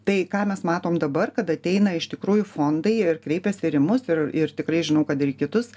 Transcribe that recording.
tai ką mes matom dabar kad ateina iš tikrųjų fondai ir kreipiasi ir į mus ir ir tikrai žinau kad ir į kitus